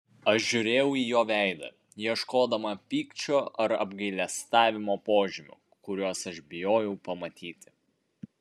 aš žiūrėjau į jo veidą ieškodama pykčio ar apgailestavimo požymių kuriuos aš bijojau pamatyti